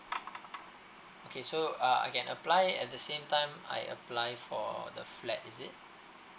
okay sure uh I can apply at the same time I apply for the flat is it